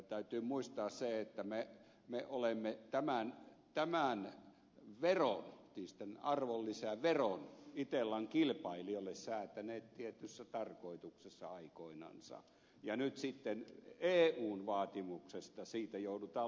täytyy muistaa se että me olemme tämän arvonlisäveron itellan kilpailijoille säätäneet tietyssä tarkoituksessa aikoinansa ja nyt sitten eun vaatimuksesta siitä joudutaan luopumaan